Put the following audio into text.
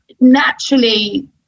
naturally